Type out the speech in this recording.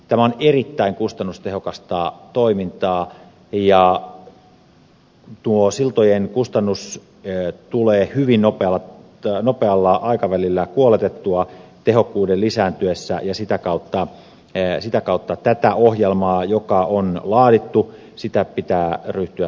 tämä on erittäin kustannustehokasta toimintaa ja tuo siltojen kustannus tulee hyvin nopealla aikavälillä kuoletettua tehokkuuden lisääntyessä ja sitä kautta tätä ohjelmaa joka on laadittu pitää ryhtyä toteuttamaan